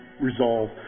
resolve